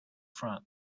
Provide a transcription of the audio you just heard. front